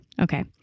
Okay